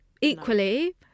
Equally